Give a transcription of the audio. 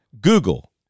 Google